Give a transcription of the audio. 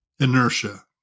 inertia